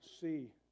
see